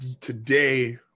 today